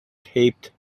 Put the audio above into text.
taped